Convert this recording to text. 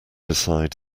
aside